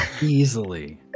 Easily